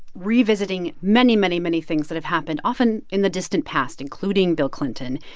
revisiting many, many, many things that have happened, often in the distant past, including bill clinton.